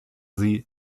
sie